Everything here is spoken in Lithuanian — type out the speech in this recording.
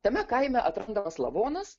tame kaime atrandamas lavonas